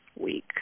week